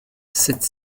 sept